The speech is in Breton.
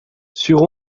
sur